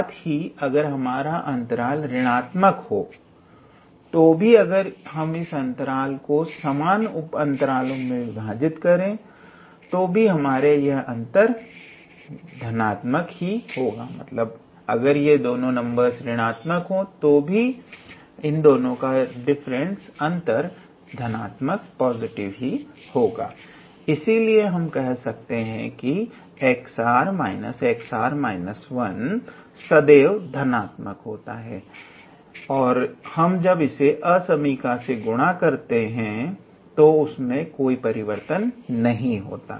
साथ ही अगर हमारा अंतराल ऋणात्मक हो तो भी अगर हम इस अंतराल को समान उप अंतरालो में में विभाजित करें तो भी हमें यह अंतर धनात्मक ही प्राप्त होगा इसलिए हम कह सकते हैं कि 𝑥𝑟−𝑥𝑟−1 सदैव धनात्मक होता है और हम जब इसे असामयिका से गुणा करते हैं तो उसमें कोई परिवर्तन नहीं होता